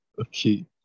Okay